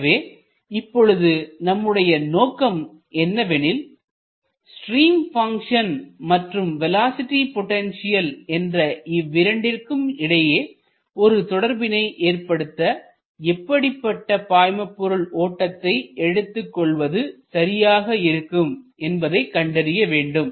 எனவே இப்பொழுது நம்முடைய நோக்கம் என்னவெனில் ஸ்ட்ரீம் பங்ஷன் மற்றும் வேலோஸிட்டி பொட்டன்ஷியல் என்ற இவ்விரண்டிற்கும் இடையே ஒரு தொடர்பினை ஏற்படுத்த எப்படிப்பட்ட பாய்மபொருள் ஓட்டத்தை எடுத்துக் கொள்வது சரியாக இருக்கும் என்பதை கண்டறிய வேண்டும்